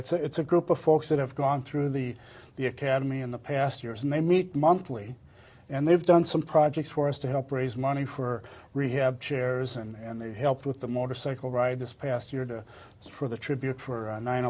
area it's a group of folks that have gone through the the academy in the past years and they meet monthly and they've done some projects for us to help raise money for rehab chairs and they helped with the motorcycle ride this past year to for the tribute for nine